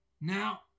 Now